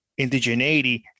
indigeneity